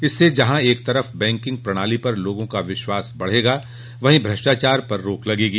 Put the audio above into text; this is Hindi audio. इससे जहां एक तरफ बैंकिंग प्रणाली पर लोगों का विश्वास बढ़ेगा वहीं भ्रष्टाचार पर रोक लगेगी